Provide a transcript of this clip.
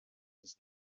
des